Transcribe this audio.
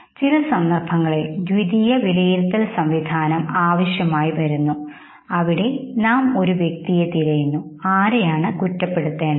ചില സന്ദർഭങ്ങളിൽ ദ്വിതീയ വിലയിരുത്തൽ സംവിധാനം ആവശ്യമായി വരുന്നു അവിടെ നാം ഒരു വ്യക്തിയെ തിരയുന്നു ആരെയാണ് കുറ്റപ്പെടുത്തേണ്ടത്